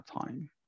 time